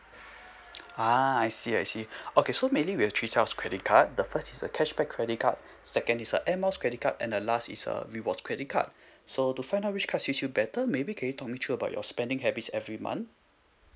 ah I see I see okay so mainly we have three types of credit card the first is a cashback credit card second is a air miles credit card and the last is a rewards credit card so to find out which cards suit you better maybe can you talk me through about your spending habits every month